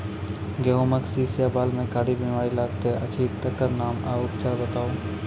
गेहूँमक शीश या बाल म कारी बीमारी लागतै अछि तकर नाम आ उपचार बताउ?